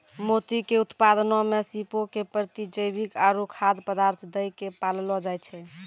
मोती के उत्पादनो मे सीपो के प्रतिजैविक आरु खाद्य पदार्थ दै के पाललो जाय छै